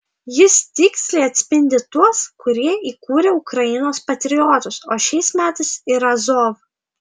jis tiksliai atspindi tuos kurie įkūrė ukrainos patriotus o šiais metais ir azov